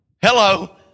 Hello